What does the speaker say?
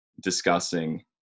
discussing